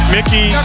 Mickey